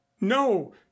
no